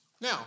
Now